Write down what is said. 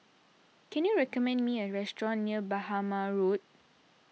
can you recommend me a restaurant near Bhamo Road